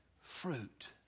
fruit